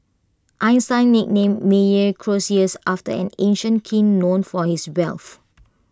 Einstein nicknamed Meyer Croesus after an ancient king known for his wealth